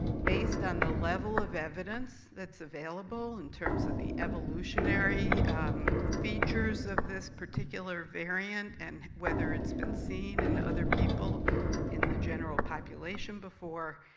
based on the level of evidence that's available, in terms of the evolutionary features of this particular variant, and whether it's been seen in other people in the general population before,